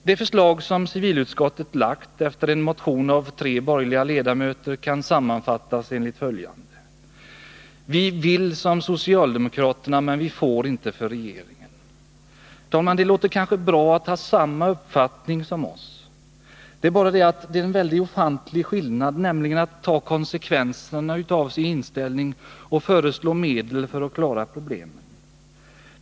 Det förslag som civilutskottet lagt fram efter en motion av tre borgerliga ledamöter kan sammanfattas enligt följande: ”Vi vill som socialdemokraterna, men vi får inte för regeringen.” Det låter kanske bra att man har samma uppfattning som vi. Det är emellertid en ofantlig skillnad mellan detta och att därutöver också ta konsekvenserna av sin inställning genom att föreslå medel för att klara problemen.